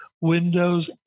Windows